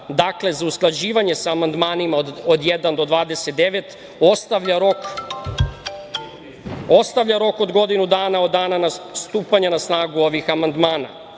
dakle, za usklađivanje sa amandmanima od 1. do 29. ostavlja rok od godinu dana od dana stupanja na snagu ovih amandmana. Takođe